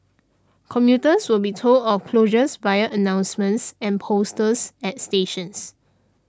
commuters will be told of the closures via announcements and posters at stations